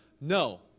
No